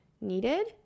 needed